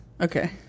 Okay